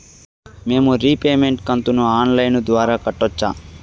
మేము రీపేమెంట్ కంతును online ద్వారా కట్టొచ్చా